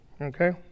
Okay